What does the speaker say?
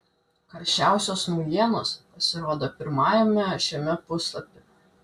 karščiausios naujienos pasirodo pirmajame šiame puslapyje